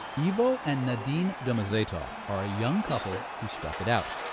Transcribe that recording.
ivo and nadin domozetov are a young couple who stuck it out.